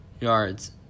Yards